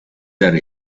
there